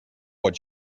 what